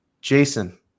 Jason